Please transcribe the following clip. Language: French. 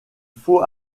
faut